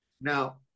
Now